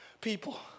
people